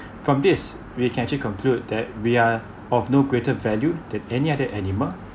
from this we can actually conclude that we are of no greater value than any other animal